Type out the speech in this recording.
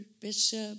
Bishop